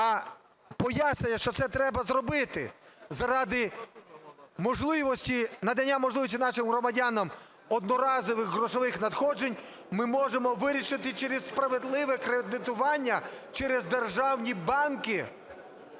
А пояснення, що це треба зробити заради надання можливості нашим громадянам одноразових грошових надходжень, ми можемо вирішити через справедливе кредитування, через державні банки,